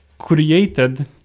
created